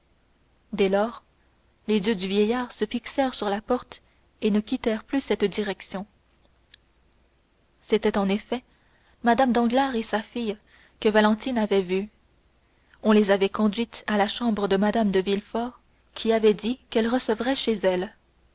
dès lors les yeux du vieillard se fixèrent sur la porte et ne quittèrent plus cette direction c'était en effet mme danglars et sa fille que valentine avait vues on les avait conduites à la chambre de mme de villefort qui avait dit qu'elle recevrait chez elle